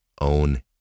own